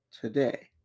today